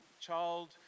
child